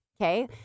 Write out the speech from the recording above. Okay